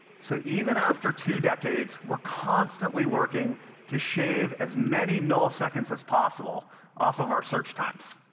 so even after two decades, we're constantly working to shave as many milliseconds as possible off of our search times.